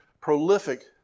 prolific